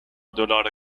دلار